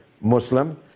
Muslim